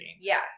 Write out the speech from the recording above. Yes